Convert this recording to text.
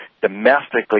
domestically